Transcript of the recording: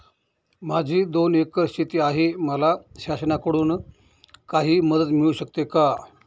माझी दोन एकर शेती आहे, मला शासनाकडून काही मदत मिळू शकते का?